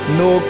no